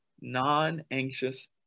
non-anxious